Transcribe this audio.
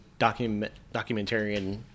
documentarian